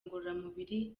ngororamubiri